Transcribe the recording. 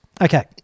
Okay